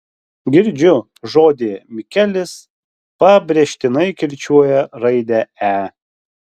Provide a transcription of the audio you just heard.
girdžiu žodyje mikelis pabrėžtinai kirčiuoja raidę e